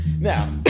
Now